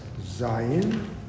Zion